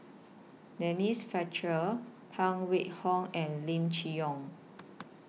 Denise Fletcher Phan Wait Hong and Lim Chee Onn